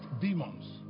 demons